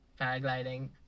paragliding